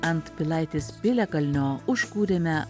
ant pilaitės piliakalnio užkūrėme